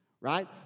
right